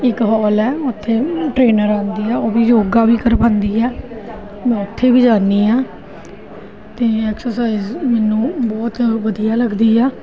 ਇੱਕ ਹੋਲ ਆ ਉਥੇ ਟਰੇਨਰ ਆਉਂਦੀ ਆ ਉਹ ਵੀ ਯੋਗਾ ਵੀ ਕਰਵਾਉਂਦੀ ਆ ਉਥੇ ਵੀ ਜਾਨੀ ਆ ਅਤੇ ਐਕਸਰਸਾਈਜ ਮੈਨੂੰ ਬਹੁਤ ਵਧੀਆ ਲੱਗਦੀ ਆ